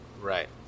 Right